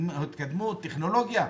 התקדמות, טכנולוגיה,